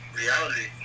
reality